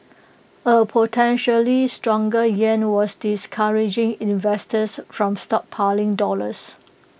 A potentially stronger yuan was discouraging investors from stockpiling dollars